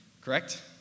correct